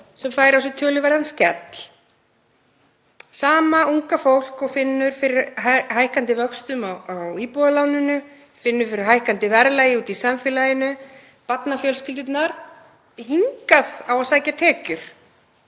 sem fær á sig töluverðan skell, sama unga fólkið og finnur fyrir hækkandi vöxtum á íbúðarláninu, finnur fyrir hækkandi verðlagi úti í samfélaginu, barnafjölskyldurnar. Hingað á að sækja tekjur.